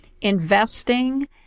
investing